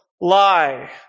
lie